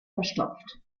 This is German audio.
verstopft